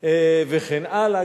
וכן הלאה,